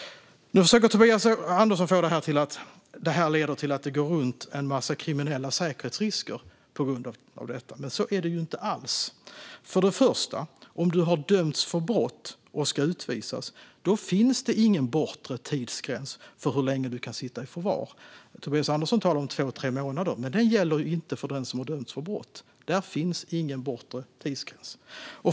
Nu försöker Tobias Andersson få det till att detta leder till att det går runt en massa kriminella säkerhetsrisker. Så är det inte alls. För det första: Om du har dömts för brott och ska utvisas finns det ingen bortre tidsgräns för hur länge du kan sitta i förvar. Tobias Andersson talar om två tre månader, men det gäller inte för den som har dömts för brott. Där finns ingen bortre tidsgräns.